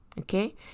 okay